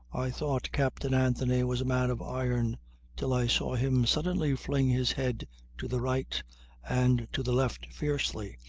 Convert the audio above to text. i thought captain anthony was a man of iron till i saw him suddenly fling his head to the right and to the left fiercely,